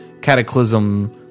cataclysm